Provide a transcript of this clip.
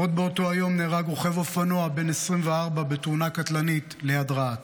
עוד באותו היום נהרג רוכב אופנוע בן 24 בתאונה קטלנית ליד רהט.